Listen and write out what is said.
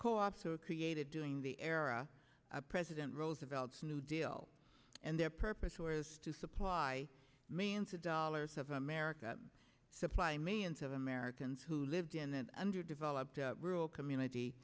ops are created doing the era of president roosevelt's new deal and their purpose was to supply millions of dollars of america supply millions of americans who lived in an underdeveloped rule community